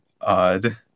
odd